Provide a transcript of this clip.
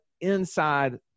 inside